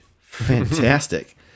fantastic